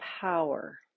power